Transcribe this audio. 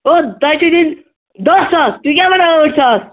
ہو تۄہہِ چھِ دِنۍ دٔہ ساس تُہۍ کیٛاہ وَنان ٲٹھ ساس